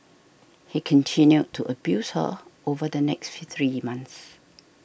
he continued to abuse her over the next three months